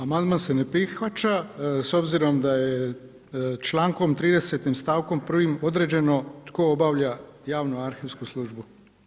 Amandman se ne prihvaća s obzirom da je člankom 30. stavkom 1. određeno tko obavlja javnu arhivsku službu.